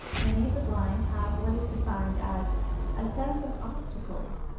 many of the blind have what is defined as a sense of obstacles,